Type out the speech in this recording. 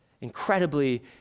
incredibly